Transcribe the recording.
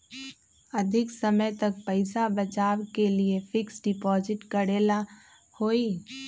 अधिक समय तक पईसा बचाव के लिए फिक्स डिपॉजिट करेला होयई?